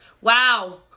Wow